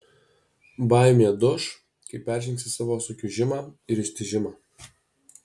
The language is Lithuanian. baimė duš kai peržengsi savo sukiužimą ir ištižimą